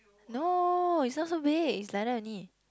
no is not so way is like that only